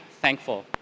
thankful